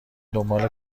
دنبال